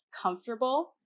comfortable